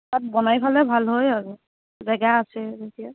তাত বনাই খালে ভাল হয় আৰু জেগা আছেই যেতিয়া